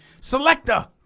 Selector